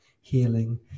healing